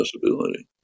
possibility